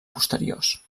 posteriors